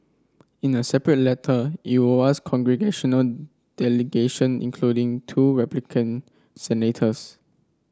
in a separate letter congressional delegation including two Republican senators